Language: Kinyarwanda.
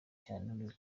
cyane